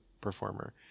performer